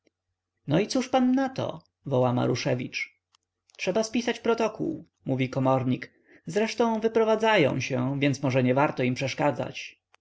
no i cóż pan nato woła maruszewicz trzeba spisać protokoł mówi komornik zresztą wyprowadzają się więc może niewarto im przeszkadzać